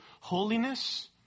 holiness